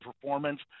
performance